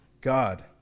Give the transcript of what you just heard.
God